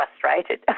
frustrated